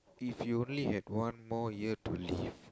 if you only had one more year to live